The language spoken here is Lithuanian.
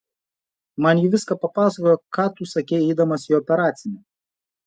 man ji viską papasakojo ką tu sakei eidamas į operacinę